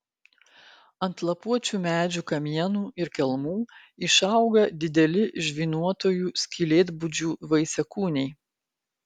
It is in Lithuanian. ant lapuočių medžių kamienų ir kelmų išauga dideli žvynuotųjų skylėtbudžių vaisiakūniai